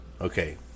Okay